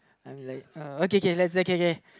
I'm like uh okay okay likes okay okay